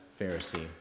Pharisee